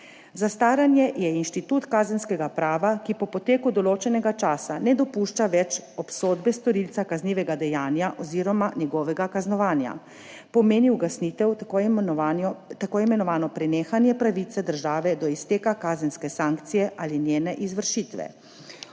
Zastaranje je inštitut kazenskega prava, ki po poteku določenega časa ne dopušča več obsodbe storilca kaznivega dejanja oziroma njegovega kaznovanja, pomeni ugasnitev, tako imenovano prenehanje pravice države do izteka kazenske sankcije ali njene izvršitve.